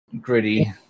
gritty